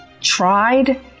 tried